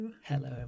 Hello